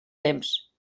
temps